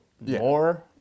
more